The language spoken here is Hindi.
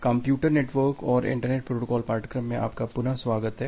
कंप्यूटर नेटवर्क और इंटरनेट प्रोटोकॉल पाठ्यक्रम में आपका पुनः स्वागत है